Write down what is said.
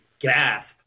gasp